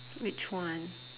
which one